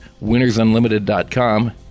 winnersunlimited.com